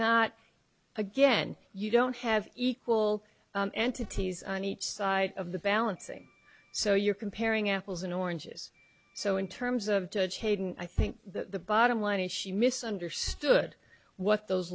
not again you don't have equal entities on each side of the balancing so you're comparing apples and oranges so in terms of judge hayden i think the bottom line is she missed understood what those